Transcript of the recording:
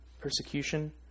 persecution